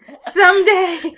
Someday